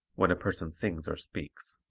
when a person sings or speaks.